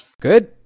Good